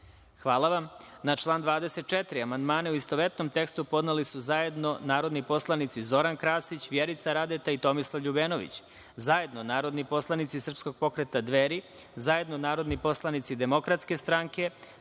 Hvala. Na član 24. Amandmane, u istovetnom tekstu, podneli su zajedno narodni poslanici Zoran Krasić, Vjerica Radeta i Tomislav LJubenović, zajedno narodni poslanici Srpskog pokreta „Dveri“, zajedno narodni poslanici Demokratske stranke,